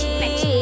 bitch